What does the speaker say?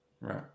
Right